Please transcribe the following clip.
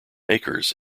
acres